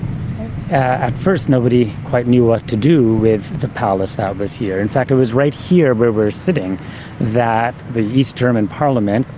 at first nobody quite knew what to do with the palace that was here. in fact, it was right here where we're sitting that the east german parliament,